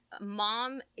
Mom